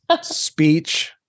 Speech